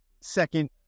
second